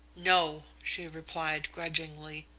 no! she replied grudgingly.